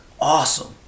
awesome